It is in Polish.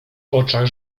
oczach